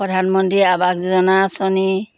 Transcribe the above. প্ৰধানমন্ত্ৰী আৱাস যোজনা আঁচনি